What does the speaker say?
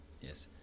Yes